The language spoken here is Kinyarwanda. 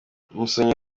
umusomyi